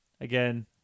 again